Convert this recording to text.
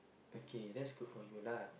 okay that's good for you lah